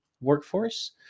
workforce